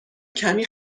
کمی